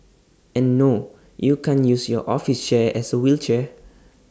and no you can't use your office chair as A wheelchair